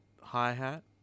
hi-hat